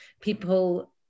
people